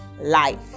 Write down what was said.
life